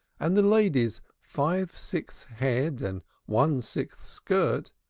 and the ladies five-sixths head and one-sixth skirt,